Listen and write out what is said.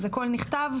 אז הכל נכתב,